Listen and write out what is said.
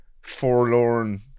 forlorn